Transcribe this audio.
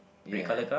yeah